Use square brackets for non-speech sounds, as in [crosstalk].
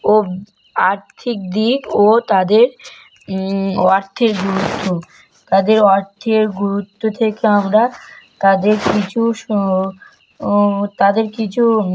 ও আর্থিক দিক ও তাদের ও আর্থিক গুরুত্ব তাদের অর্থের গুরুত্ব থেকে আমরা তাদের কিছু [unintelligible] ও তাদের কিছু